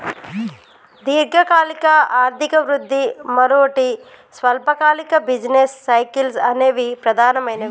దీర్ఘకాలిక ఆర్థిక వృద్ధి, మరోటి స్వల్పకాలిక బిజినెస్ సైకిల్స్ అనేవి ప్రధానమైనవి